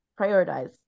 prioritize